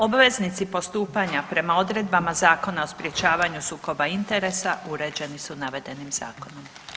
Obveznici postupanja prema odredbama Zakona o sprječavanju sukoba interesa uređeni su navedenim zakonom.